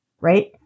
right